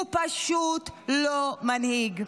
הוא פשוט לא מנהיג.